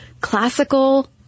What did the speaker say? classical